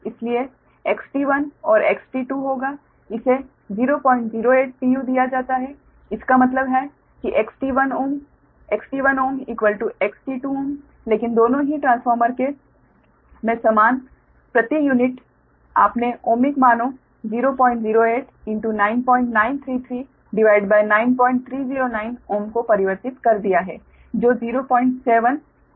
इसलिए XT1 और XT2 होगा इसे 008 pu दिया जाता है इसका मतलब है कि XT1Ω XT1Ω XT2 Ω लेकिन दोनों ही ट्रांसफॉर्मर मे समान प्रति यूनिट आपने ओमिक मानों 00899339309 Ω को परिवर्तित कर दिया है जो 0744Ω है